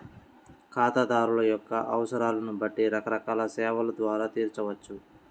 ఖాతాదారుల యొక్క అవసరాలను బట్టి రకరకాల సేవల ద్వారా తీర్చవచ్చు